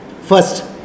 First